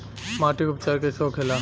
माटी के उपचार कैसे होखे ला?